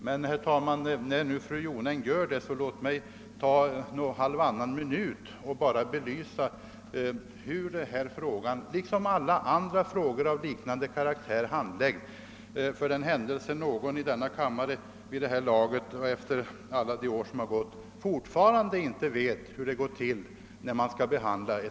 Men, herr talman, när nu fru Jonäng ändå gör det vill jag gärna använda halvannan minut för att belysa hur den här frågan — liksom alla andra frågor av liknande karaktär — handläggs, för den händelse någon i denna kammare efter alla de år som har gått fortfarande inte vet hur ett ärende av det här slaget behandlas.